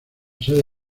sede